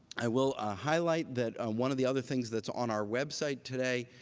i will ah highlight that one of the other things that's on our website today,